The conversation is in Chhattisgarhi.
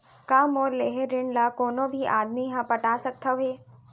का मोर लेहे ऋण ला कोनो भी आदमी ह पटा सकथव हे?